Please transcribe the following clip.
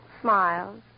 Smiles